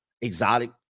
exotic